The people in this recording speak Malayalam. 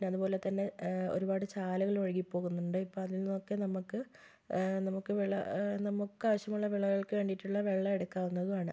പിന്നെ അതുപോലെ തന്നെ ഒരുപാട് ചാലുകള് ഒഴുകി പോകുന്നുണ്ട് ഇപ്പോൾ അതില് നിന്നൊക്കെ നമ്മൾക്ക് നമുക്ക് വിള നമുക്കാവശ്യമുള്ള വിളകൾക്ക് വേണ്ടിയിട്ടുള്ള വെള്ളം എടുക്കാവുന്നതുമാണ്